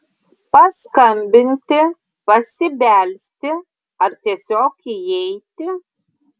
paskambinti pasibelsti ar tiesiog įeiti